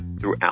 throughout